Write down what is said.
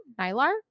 Nylar